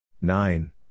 Nine